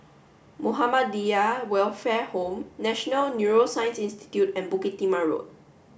Muhammadiyah Welfare Home National Neuroscience Institute and Bukit Timah Road